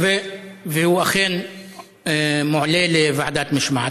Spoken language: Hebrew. והוא אכן מועלה לוועדת משמעת.